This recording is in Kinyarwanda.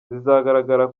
zizagaragara